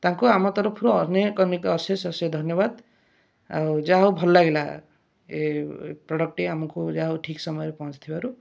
ତାଙ୍କୁ ଆମ ତରଫରୁ ଅନେକ ଅନେକ ଅଶେଷ ଅଶେଷ ଧନ୍ୟବାଦ ଆଉ ଯାହା ହଉ ଏ ଭଲ ଲାଗିଲା ଏଇ ପ୍ରଡ଼କ୍ଟଟି ଆମକୁ ଯାହା ହଉ ଠିକ ସମୟରେ ପହଞ୍ଚିଥିବାରୁ